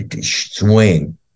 swing